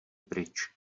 pryč